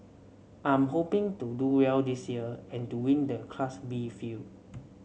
I'm hoping to do well this year and to win the Class B field